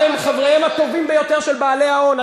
אתם חבריהם הטובים ביותר של בעלי ההון,